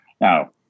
Now